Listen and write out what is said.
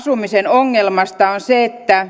ongelmasta on se että